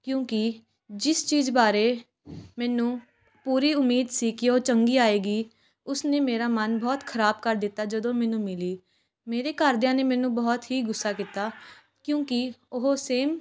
ਕਿਉਂਕਿ ਜਿਸ ਚੀਜ਼ ਬਾਰੇ ਮੈਨੂੰ ਪੂਰੀ ਉਮੀਦ ਸੀ ਕਿ ਉਹ ਚੰਗੀ ਆਏਗੀ ਉਸਨੇ ਮੇਰਾ ਮਨ ਬਹੁਤ ਖਰਾਬ ਕਰ ਦਿੱਤਾ ਜਦੋਂ ਮੈਨੂੰ ਮਿਲੀ ਮੇਰੇ ਘਰਦਿਆਂ ਨੇ ਮੈਨੂੰ ਬਹੁਤ ਹੀ ਗੁੱਸਾ ਕੀਤਾ ਕਿਉਂਕਿ ਉਹ ਸੇਮ